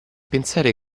pensare